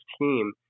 team